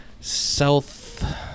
South